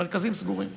המרכזים סגורים.